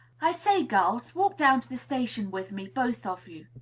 i say, girls, walk down to the station with me, both of you.